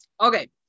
Okay